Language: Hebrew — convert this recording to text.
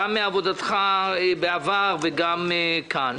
גם מעבודתך בעבר וגם כאן